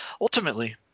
ultimately